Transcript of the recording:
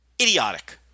Idiotic